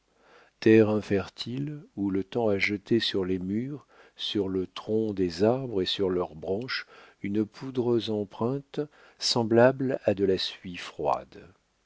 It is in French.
infertile où le temps a jeté sur les murs sur le tronc des arbres et sur leurs branches une poudreuse empreinte semblable à de la suie froide